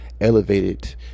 elevated